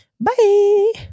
Bye